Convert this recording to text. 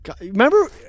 Remember